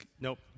nope